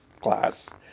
class